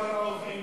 למה לא מעל העובדים?